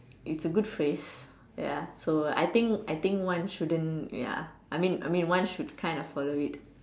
it's a good phrase ya so I think I think one shouldn't ya I mean I mean one should kind of follow it